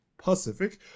Pacific